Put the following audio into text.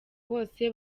bose